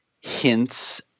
hints